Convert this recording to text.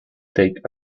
take